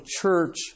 church